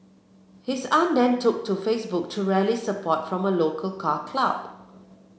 his aunt then took to Facebook to rally support from a local car club